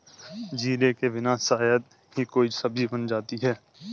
जीरे के बिना शायद ही कोई सब्जी बनाई जाती है